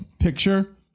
picture